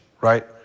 right